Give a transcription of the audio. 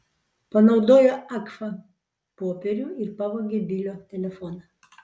panaudojo agfa popierių ir pavogė bilio telefoną